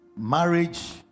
Marriage